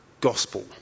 gospel